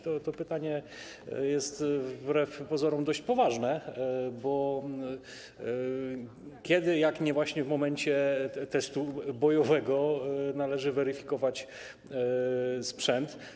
To pytanie jest wbrew pozorom dość poważne, bo kiedy jak nie właśnie w momencie testu bojowego należy weryfikować sprzęt.